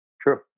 True